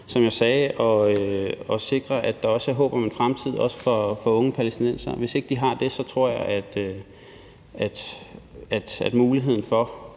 skal bidrage til at sikre, at der er håb om en fremtid også for unge palæstinensere. Hvis de ikke har det håb, tror jeg, at muligheden for